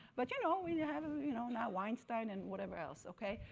but you know we and have ah you know now weinstein and whatever else, okay?